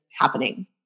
happening